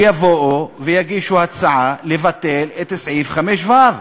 שיבואו ויגישו הצעה לבטל את סעיף 5(ו).